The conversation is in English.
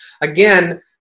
Again